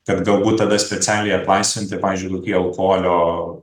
kad galbūt tada specialiai atlaisvinti pavyzdžiui kokį alkoholio